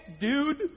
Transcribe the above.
dude